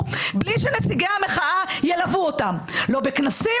בלי שנציגי המחאה ילוו אותם לא בכנסים,